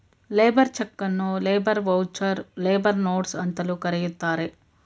labour ಚಕನ್ನು labour voucher, labour notes ಅಂತಲೂ ಕರೆಯುತ್ತಾರೆ